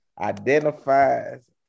identifies